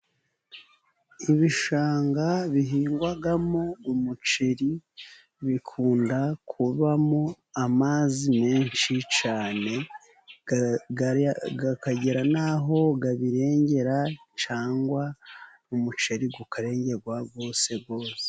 Ibishanga bihingwamo umuceri, bikunda kubamo amazi menshi cyane, akagera n'aho abirengera cyane, umuceri ukarerwa wose wose.